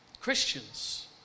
Christians